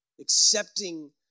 accepting